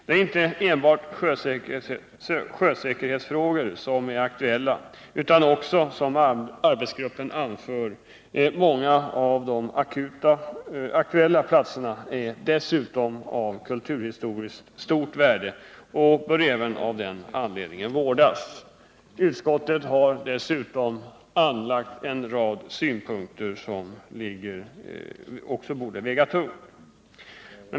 Det är inte enbart sjösäkerhetsfrågor som är aktuella utan, som arbetsgruppen anför, ”många av de aktuella platserna är dessutom av kulturhistoriskt stort värde och bör även av den anledningen vårdas”. Utskottet har även anfört en rad synpunkter som borde väga tungt.